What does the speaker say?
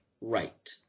right